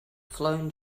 flown